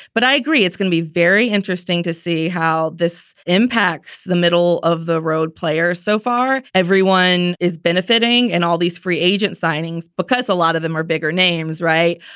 but i agree, it's going to be very interesting to see how this impacts the middle of the road players. so far, everyone is benefiting and all these free agent signings because a lot of them are bigger names. right.